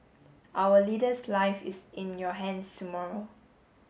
our leader's life is in your hands tomorrow